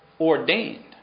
ordained